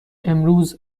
امروز